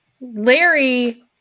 Larry